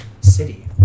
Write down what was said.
city